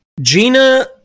Gina